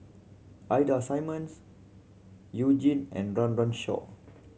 Ida Simmons You Jin and Run Run Shaw